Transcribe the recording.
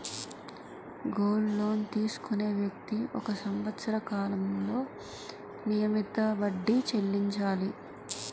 gold loan తీసుకునే వ్యక్తి ఒక సంవత్సర కాలంలో నియమిత వడ్డీ చెల్లించాలి